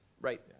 Right